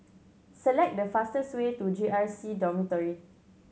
select the fastest way to J R C Dormitory